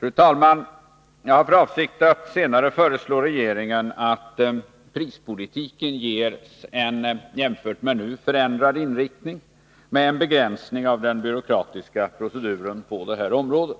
Fru talman! Jag har för avsikt att senare föreslå regeringen att prispolitiken ges en jämfört med nu förändrad inriktning, med en begränsning av den byråkratiska proceduren på området.